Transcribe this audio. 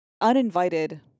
uninvited